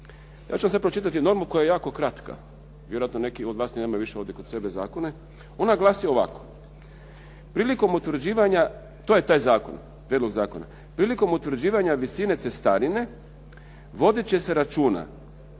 Ja ću vam sada pročitati normu koja je jako kratka. Vjerojatno neki od vas više nemaju kod sebe zakone. Ona glasi ovako: "Prilikom utvrđivanja." To je taj zakon, prijedlog zakona. "Prilikom utvrđivanja visine cestarine, vodit će se računa,